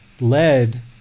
led